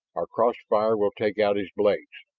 our cross fire will take out his blades.